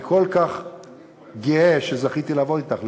אני כל כך גאה שזכיתי לעבוד אתך,